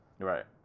Right